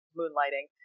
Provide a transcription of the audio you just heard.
moonlighting